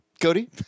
Cody